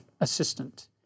assistant